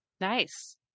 Nice